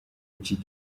iki